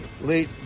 late